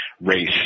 race